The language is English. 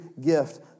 gift